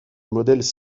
modèles